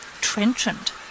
Trenchant